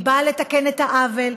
היא באה לתקן את העוול,